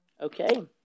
Okay